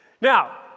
Now